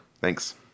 Thanks